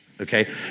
okay